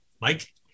Mike